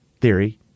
theory